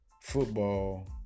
Football